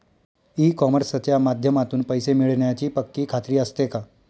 E कॉमर्सच्या माध्यमातून पैसे मिळण्याची पक्की खात्री असते का?